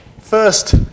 first